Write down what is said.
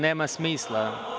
Nema smisla.